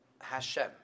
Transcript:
Hashem